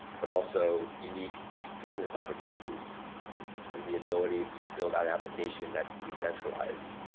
but also unique business opportunities and the ability to build out application that's decentralized,